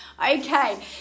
Okay